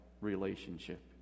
relationship